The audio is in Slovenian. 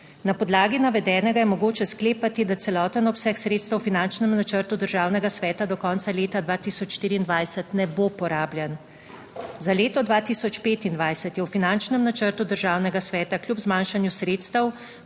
Na podlagi navedenega je mogoče sklepati, da celoten obseg sredstev v finančnem načrtu državnega sveta do konca leta 2024 ne bo porabljen. Za leto 2025 je v finančnem načrtu Državnega sveta kljub zmanjšanju sredstev